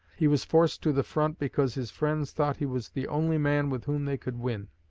he was forced to the front because his friends thought he was the only man with whom they could win.